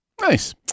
Nice